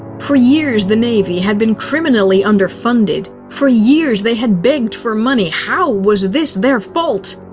for years the navy had been criminally underfunded. for years they had begged for money. how was this their fault?